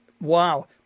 Wow